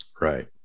Right